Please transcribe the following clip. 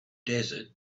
desert